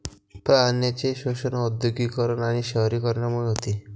पाण्याचे शोषण औद्योगिकीकरण आणि शहरीकरणामुळे होते